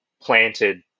planted